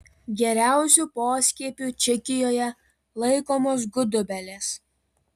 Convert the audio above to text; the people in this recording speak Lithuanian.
geriausiu poskiepiu čekijoje laikomos gudobelės